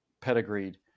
pedigreed